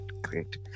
great